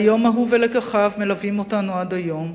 והיום ההוא ולקחיו מלווים אותנו עד היום.